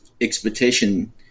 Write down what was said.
expectation